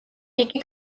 იგი